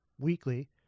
weekly